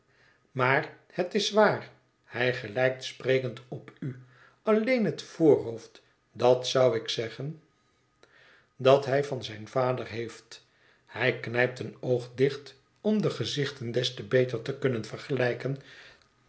maar het is waar hij gelijkt sprekend op u alleen het voorhoofd dat zou ik zeggen dat hij van zijn vader heeft hij knijpt een oog dicht om de gezichten des te beter te kunnen vergelijken